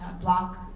block